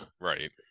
right